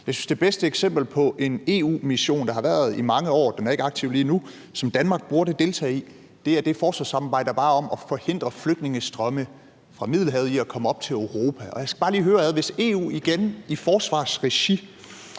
det bedste eksempel på en EU-mission, der har været i mange år – den er ikke aktiv lige nu – som Danmark burde have deltaget i, er det forsvarssamarbejde, der var om at forhindre flygtningestrømme fra Middelhavet i at komme op til Europa. Hvis EU igen i forsvarsregi